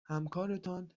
همکارتان